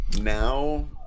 now